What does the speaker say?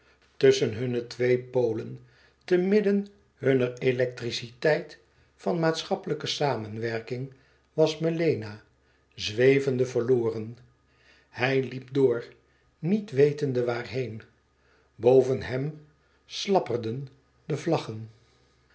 tusschen hunne twee polen te midden hunner electriciteit van maatschappelijke samenwerking was melena zwevende verloren hij liep door niet wetende waarheen boven hem slapperden de vlaggen